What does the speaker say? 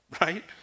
right